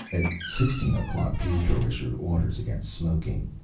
at sixteen o'clock, pietro issued orders against smoking.